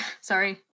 Sorry